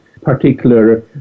particular